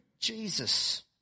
Jesus